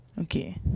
okay